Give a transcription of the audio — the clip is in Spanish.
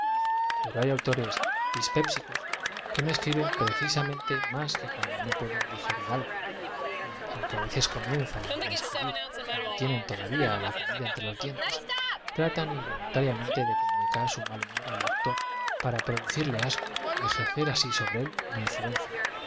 pero hay autores dispépsicos que no escriben precisa mente más que cuando no pueden d igerir algo y aun á veces comienzan á escribir cuando tienen todavía la comida entre los dientes tratan involuntariamente de comunicar su mal humor a l lector para producirle asco ejercer asi sobre él una influencia